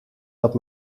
dat